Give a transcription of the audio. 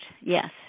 yes